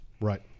Right